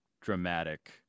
dramatic